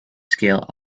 scale